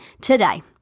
today